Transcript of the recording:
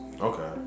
Okay